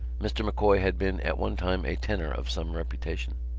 mr. m'coy had been at one time a tenor of some reputation.